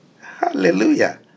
Hallelujah